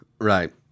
Right